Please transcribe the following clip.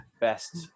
best